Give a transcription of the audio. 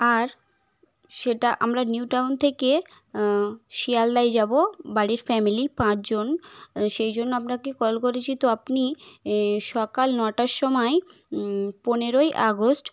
আর সেটা আমরা নিউটাউন থেকে শিয়ালদায় যাব বাড়ির ফ্যামিলির পাঁচ জন সেই জন্য আপনাকে কল করেছি তো আপনি সকাল নটার সময় পনেরোই আগস্ট